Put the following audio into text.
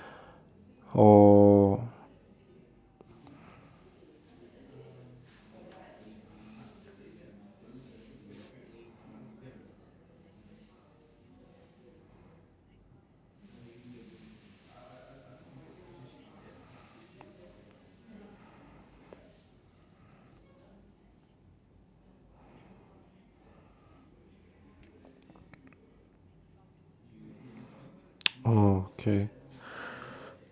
or oh okay